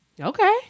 Okay